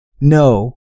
No